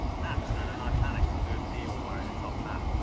napster, and then i panicked and drew an eel wearing a top hat.